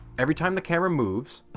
every time the camera moves,